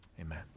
Amen